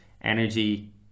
energy